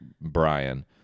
Brian